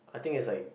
I think it's like